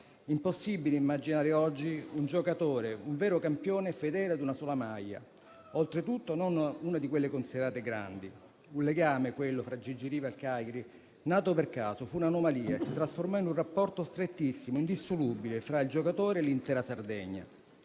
Impossibile immaginare oggi un giocatore, un vero campione, fedele a una sola maglia, oltretutto non una di quelle considerate grandi. Un legame, quello fra Gigi Riva e il Cagliari, nato per caso: fu un'anomalia e si trasformò in un rapporto strettissimo e indissolubile fra il giocatore e l'intera Sardegna,